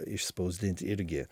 išspausdint irgi